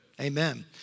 Amen